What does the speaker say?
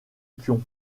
pion